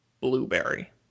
blueberry